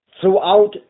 throughout